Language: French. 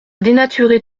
dénaturer